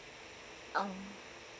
um